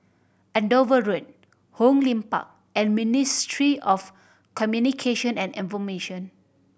Andover Road Hong Lim Park and Ministry of Communication and Information